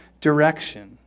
direction